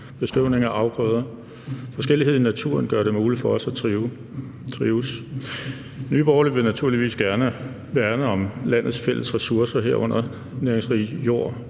bestøvning af afgrøder – forskellighed i naturen gør det muligt for os at trives. Nye Borgerlige vil naturligvis gerne værne om landets fælles ressourcer, herunder den næringsrige jord,